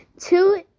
two